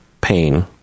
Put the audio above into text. pain